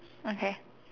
okay